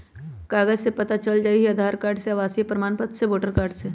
कागज से पता चल जाहई, आधार कार्ड से, आवासीय प्रमाण पत्र से, वोटर कार्ड से?